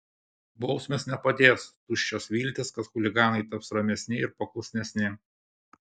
bausmės nepadės tuščios viltys kad chuliganai taps ramesni ir paklusnesni